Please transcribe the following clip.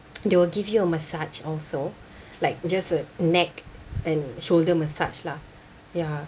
they will give you a massage also like just a neck and shoulder massage lah ya